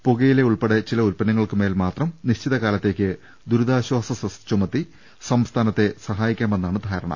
പുകയില ഉൾപ്പെടെ ചില ഉത്പന്നങ്ങൾക്കുമേൽ മാത്രം നിശ്ചിത കാലത്തേക്ക് ദുരിതാശ്ചാസ സെസ് ചുമത്തി സംസ്ഥാനത്തെ സഹായിക്കാമെന്നാണ് ധാരണ